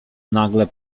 nagle